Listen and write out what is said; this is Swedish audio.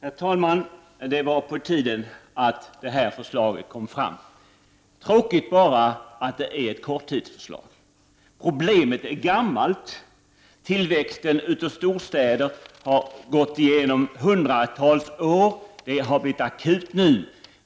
Herr talman! Det var på tiden att detta förslag kom fram. Det är ett korttidsförslag, men problemet är gammalt. Tillväxten av storstäder har pågått i hundratals år och nu blivit akut.